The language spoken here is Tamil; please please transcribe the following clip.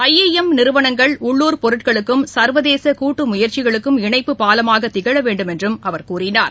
ஐ ஐ எம் நிறுவனங்கள் உள்ளூர் பொருட்களுக்கும் சா்வதேச கூட்டு முயற்சிகளுக்கும் இணைப்பு பாலமாக திகழ வேண்டுமென்றும் அவர் கூறினார்